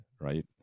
right